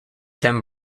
then